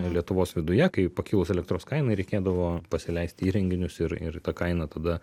lietuvos viduje kai pakilus elektros kainai reikėdavo pasileisti įrenginius ir ir ta kaina tada